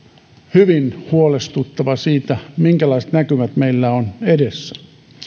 hyvin huolestuttava siitä minkälaiset näkymät meillä on edessä